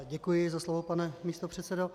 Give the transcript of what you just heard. Děkuji za slovo, pane místopředsedo.